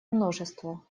множество